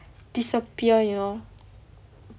disappear you know